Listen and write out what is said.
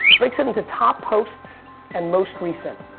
breaks it into top posts and most recent.